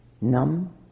numb